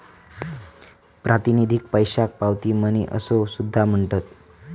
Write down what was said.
प्रातिनिधिक पैशाक पावती मनी असो सुद्धा म्हणतत